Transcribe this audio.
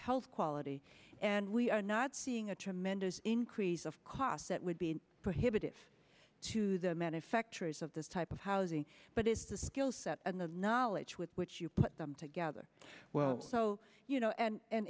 health quality and we are not seeing a tremendous increase of costs that would be prohibitive to the manufacturers of this type of housing but it's the skill set and the knowledge with which you put them together well so you know and